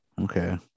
Okay